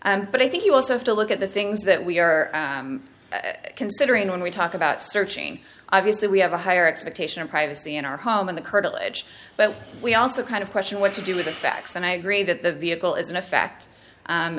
this but i think you also have to look at the things that we are considering when we talk about searching obviously we have a higher expectation of privacy in our home in the curtilage but we also kind of question what to do with the facts and i agree that the vehicle is in effect